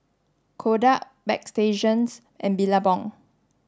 Kodak Bagstationz and Billabong